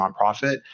nonprofit